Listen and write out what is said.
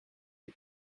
des